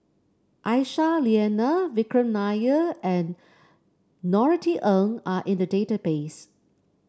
Aisyah Lyana Vikram Nair and Norothy Ng are in the database